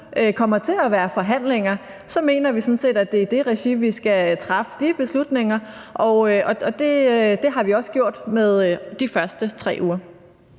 kommer til at være forhandlinger, mener vi sådan set, at det er i det regi, vi skal træffe de beslutninger. Og sådan har vi også gjort det med de første 3 uger.